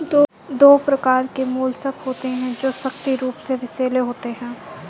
दो प्रकार के मोलस्क होते हैं जो सक्रिय रूप से विषैले होते हैं